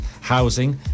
housing